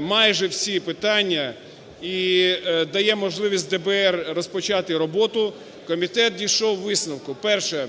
майже всі питання і дає можливість ДБР розпочати роботу, комітет дійшов висновку. Перше: